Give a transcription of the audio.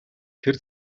тэр